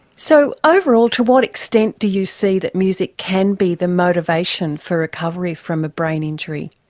so overall, to what extent do you see that music can be the motivation for recovery from a brain injury?